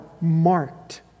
marked